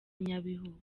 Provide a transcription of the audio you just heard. nyabihu